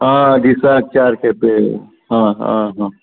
आं दिसाक चार खेपो आं हां हां